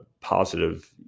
positive